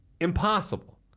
Impossible